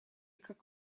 как